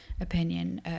opinion